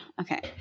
Okay